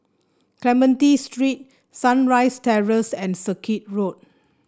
Clementi Street Sunrise Terrace and Circuit Road